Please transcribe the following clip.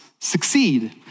succeed